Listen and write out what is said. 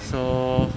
so